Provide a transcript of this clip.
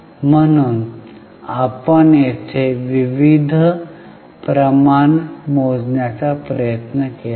म्हणून आपण येथे विविध प्रमाण मोजण्याचा प्रयत्न केला आहे